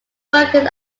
spoken